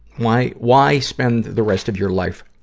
why, why spend the rest of your life,